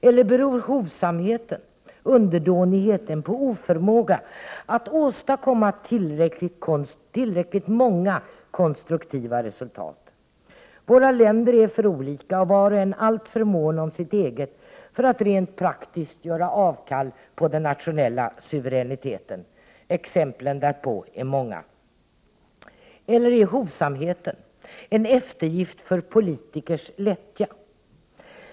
Eller beror hovsamheten — underdånigheten — på oförmåga att åstadkomma tillräckligt många konstruktiva resultat? Våra länder är för olika och var och alltför mån om sitt eget för att rent praktiskt göra avkall på den nationella suveräniteten. Det finns många exempel på det. Är hovsamheten en eftergift för politikers lättja?